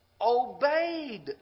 obeyed